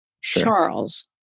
Charles